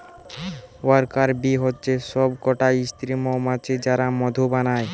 worker bee হচ্ছে সব কটা স্ত্রী মৌমাছি যারা মধু বানায়